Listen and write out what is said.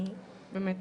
ואני חושבת שגם מאוד